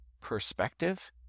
perspective